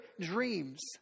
dreams